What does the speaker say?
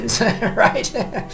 right